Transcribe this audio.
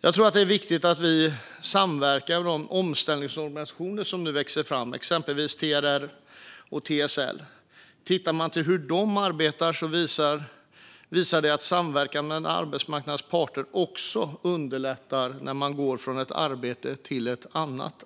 Jag tror att det är viktigt att vi samverkar med de omställningsorganisationer som nu växer fram, exempelvis TRR och TSL. Tittar man på hur de arbetar ser man att samverkan mellan arbetsmarknadens parter underlättar också när man går från ett arbete till ett annat.